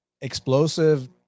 explosive